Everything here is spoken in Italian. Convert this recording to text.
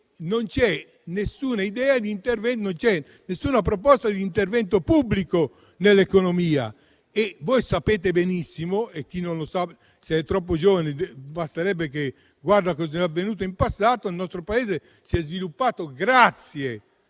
non c'è alcuna proposta di intervento pubblico nell'economia. Voi sapete benissimo - e chi non lo sa, se è troppo giovane, basterebbe che guardasse a cosa è avvenuto in passato - che il nostro Paese si è sviluppato,